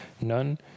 none